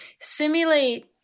simulate